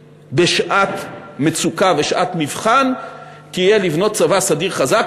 בשעת מצוקה ושעת מבחן תהיה לבנות צבא סדיר חזק,